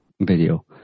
video